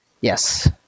Yes